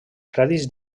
crèdits